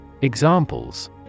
Examples